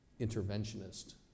interventionist